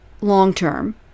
long-term